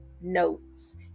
notes